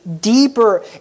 deeper